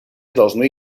должны